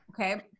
Okay